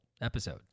episode